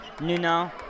Nuno